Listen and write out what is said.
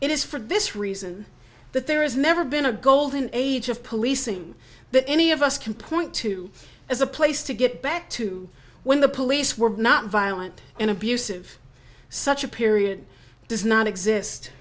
it is for this reason that there is never been a golden age of policing that any of us can point to as a place to get back to when the police were not violent and abusive such a period does not exist